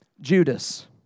Judas